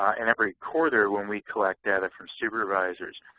and every quarter when we collect data from supervisors,